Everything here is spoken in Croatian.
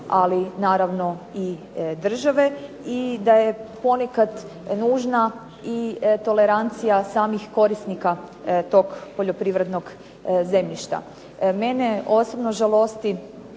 ali naravno i države i da je ponekad nužna i tolerancija samih korisnika tog poljoprivrednog zemljišta. Mene osobno žalosti